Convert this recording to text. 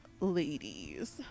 ladies